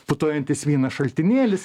putojantis vynas šaltinėlis